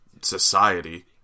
society